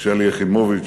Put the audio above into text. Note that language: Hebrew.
שלי יחימוביץ,